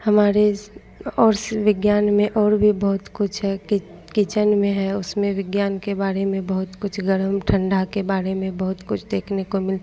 हमारे और विज्ञान में और भी बहुत कुछ है किच किचन में है उसमें विज्ञान के बारे में बहुत कुछ गरम ठण्डा के बारे में बहुत कुछ देखने को